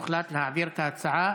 הוחלט להעביר את ההצעה